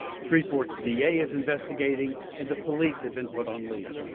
shreveport's d a. is investigating and the police have been put on leave.